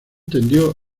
tendió